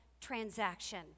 transaction